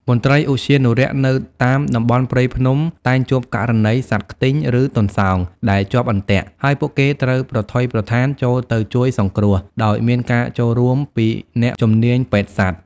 មន្ត្រីឧទ្យានុរក្សនៅតាមតំបន់ព្រៃភ្នំតែងជួបករណីសត្វខ្ទីង ឬទន្សោងដែលជាប់អន្ទាក់ ហើយពួកគេត្រូវប្រថុយប្រថានចូលទៅជួយសង្គ្រោះ ដោយមានការចូលរួមពីអ្នកជំនាញពេទ្យសត្វ។